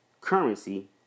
currency